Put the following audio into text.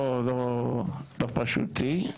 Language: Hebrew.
לא פשוט לי.